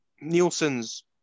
Nielsen's